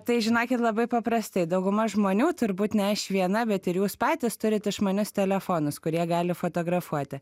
tai žinokit labai paprastai dauguma žmonių turbūt ne aš viena bet ir jūs patys turit išmanius telefonus kurie gali fotografuoti